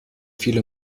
viele